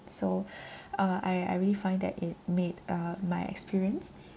so uh I I really find that it made uh my experience